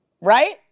right